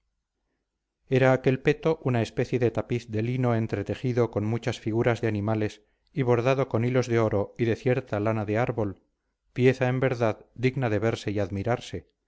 creso era aquel peto una especie de tapiz de lino entretejido con muchas figuras de animales y bordado con hilos de oro y de cierta lana de árbol pieza en verdad digna de verse y admirarse